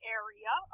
area